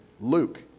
Luke